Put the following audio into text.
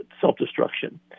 self-destruction